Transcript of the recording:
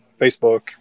Facebook